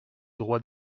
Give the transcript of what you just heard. droit